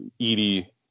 Edie